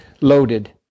loaded